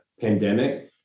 pandemic